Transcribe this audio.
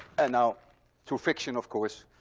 and now through friction, of course,